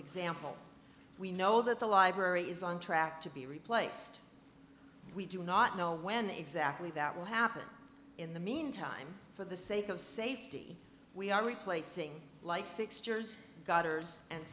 example we know that the library is on track to be replaced we do not know when exactly that will happen in the meantime for the sake of safety we are replacing light fixtures gutters and